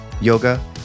yoga